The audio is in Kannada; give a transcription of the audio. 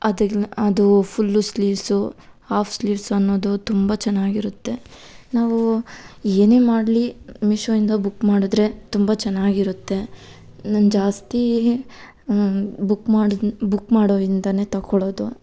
ಅದು ಅದು ಫುಲ್ಲು ಸ್ಲೀವ್ಸು ಹಾಫ್ ಸ್ಲೀವ್ಸ್ ಅನ್ನೋದು ತುಂಬ ಚೆನ್ನಾಗಿರುತ್ತೆ ನಾವು ಏನೇ ಮಾಡಲಿ ಮೀಶೋಯಿಂದ ಬುಕ್ ಮಾಡಿದ್ರೆ ತುಂಬ ಚೆನ್ನಾಗಿರುತ್ತೆ ನಾನು ಜಾಸ್ತಿ ಬುಕ್ ಮಾಡಿ ಬುಕ್ ಮಾಡೊ ಇಂದನೆ ತಗೊಳೋದು